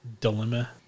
dilemma